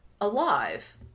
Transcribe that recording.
alive